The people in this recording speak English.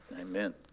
Amen